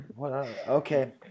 Okay